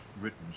written